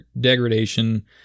degradation